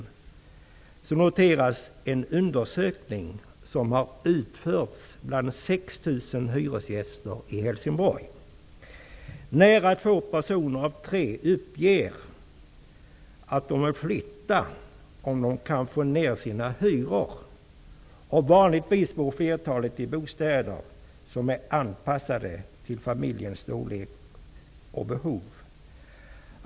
I gårdagens Helsinborgs Dagblad noteras en undersökning som har utförts bland 6 000 hyresgäster i Helsingborg. Nära två personer av tre uppger att de vill flytta om de kan få ner sina hyror. Flertalet bor vanligtvis i bostäder som är anpassade till familjens storlek och behov.